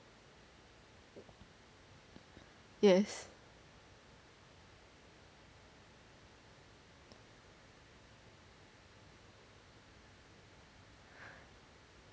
yes